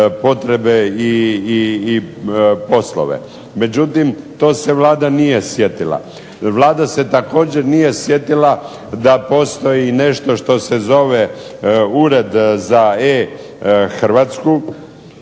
potrebe i poslove. Međutim, to se Vlada nije sjetila. Vlada se također nije sjetila da postoji nešto što se zove Ured za e-Hrvatsku